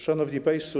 Szanowni Państwo!